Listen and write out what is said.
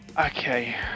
Okay